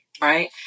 right